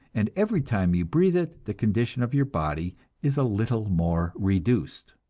and every time you breathe it the condition of your body is a little more reduced.